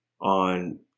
on